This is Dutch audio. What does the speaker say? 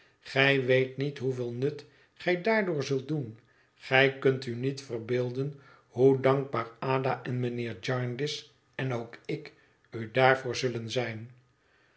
gij weet niet hoeveel nut gij daardoor zult doen gij kunt u niet verbeelden hoe dankbaar ada en mijnheer jarndyce en ook ik u daarvoor zullen zijn